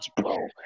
bro